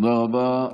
תודה רבה.